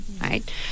right